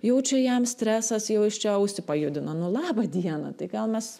jau čia jam stresas jau jis čia ausį pajudino nu labą dieną tai gal mes